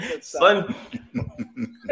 Son